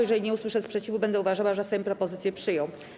Jeżeli nie usłyszę sprzeciwu, będę uważała, że Sejm propozycję przyjął.